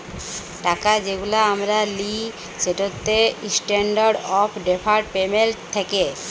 টাকা যেগুলা আমরা লিই সেটতে ইসট্যান্ডারড অফ ডেফার্ড পেমেল্ট থ্যাকে